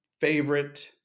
favorite